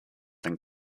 than